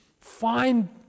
find